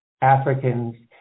Africans